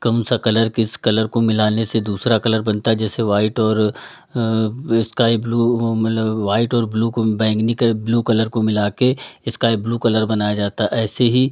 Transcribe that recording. कौन सा कलर किस कलर को मिलाने से दूसरा कलर बनता है जैसे वाइट और स्काई ब्लू वो मतलब वाइट और ब्लू को बैंगनी के ब्लू कलर को मिला के स्काई ब्लू कलर बनाया जाता ऐसे ही